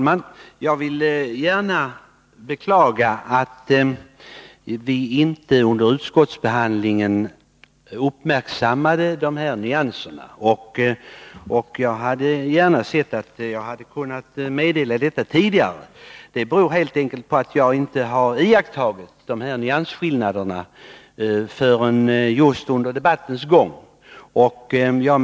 Herr talman! Jag beklagar att vi inte under utskottsbehandlingen . uppmärksammade dessa nyansskillnader. Jag hade gärna sett att jag kunnat meddela detta tidigare. Att jag inte gjort det beror helt enkelt på att jag inte iakttagit nyansskillnaderna förrän under debattens gång.